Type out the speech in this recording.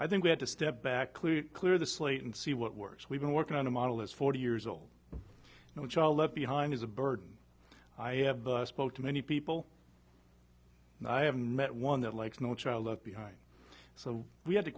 i think we have to step back clearly clear the slate and see what works we've been working on a model is forty years old no child left behind is a burden i have spoke to many people and i haven't met one that like no child left behind so we had to